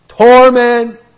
Torment